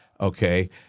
Okay